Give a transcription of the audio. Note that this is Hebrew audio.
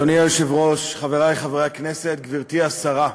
אדוני היושב-ראש, חברי חברי הכנסת, גברתי השרה,